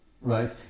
Right